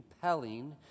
compelling